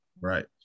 Right